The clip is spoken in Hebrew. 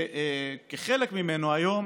שכחלק ממנו היום